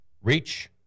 reach